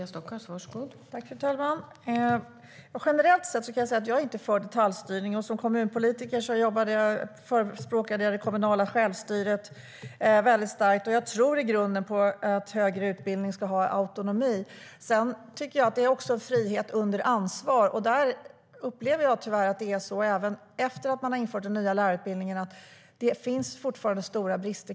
Fru ålderspresident! Generellt sett kan jag säga att jag inte är för detaljstyrning, och som kommunpolitiker förespråkade jag det kommunala självstyret starkt. Jag tror i grunden på att den högre utbildningen ska ha autonomi. Det är en frihet under ansvar, och där upplever jag tyvärr att det finns stora brister kvar även efter att den nya lärarutbildningen har införts.